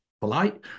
polite